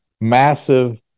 massive